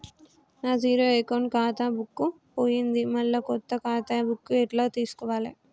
నా zero account ఖాతా book పోయింది మళ్ళా కొత్త ఖాతా బుక్కు ఎట్ల తీసుకోవాలే?